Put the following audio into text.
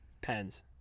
Pens